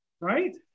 Right